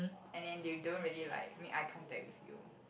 and then you don't really like make eye contact with you